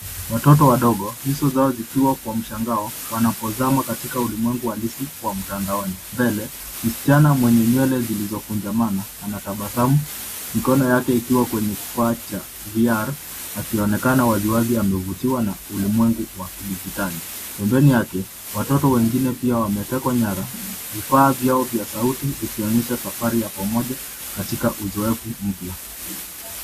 Watoto wadogo nyuso zao zikiwa kwa mshangao wanapozama katika ulimwengu halisi wa mtandaoni. Mbele msichana mwenye nywele zilizokunjamana anatabasamu mikono yake ikiwa kwenye kifaa cha VR akionekana waziwazi amevutiwa na ulimwengu wa kidijitali. Pembeni yake watoto wengine pia wametekwa nyara, vifaa vyao vya sauti vikionyesha safari ya pamoja katika uzoefu mpya.